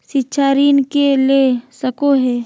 शिक्षा ऋण के ले सको है?